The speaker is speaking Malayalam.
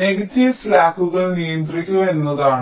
നെഗറ്റീവ് സ്ലാക്കുകൾ നിയന്ത്രിക്കുക എന്നതാണ്